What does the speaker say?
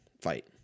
fight